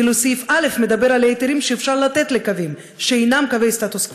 ואילו סעיף (א) מדבר על ההיתרים שאפשר לתת לקווים שאינם קווי סטטוס קוו.